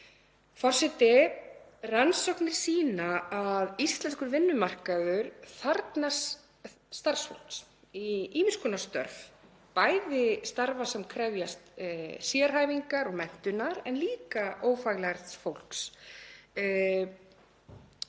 Forseti. Rannsóknir sýna að íslenskur vinnumarkaður þarfnast starfsfólks í ýmiss konar störf, bæði störf sem krefjast sérhæfingar og menntunar en líka ófaglærðs fólks.